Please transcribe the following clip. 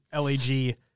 LAG